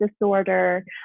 disorder